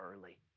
early